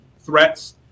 threats